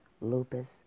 lupus